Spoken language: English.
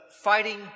fighting